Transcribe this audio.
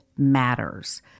matters